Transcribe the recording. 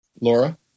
Laura